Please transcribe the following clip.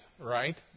right